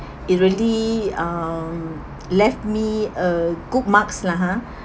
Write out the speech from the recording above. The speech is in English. it really um mm left me a good marks lah ha